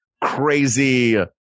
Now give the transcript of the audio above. crazy